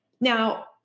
Now